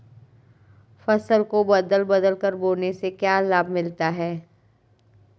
फसल को बदल बदल कर बोने से क्या लाभ मिलता है?